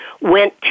went